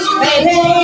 baby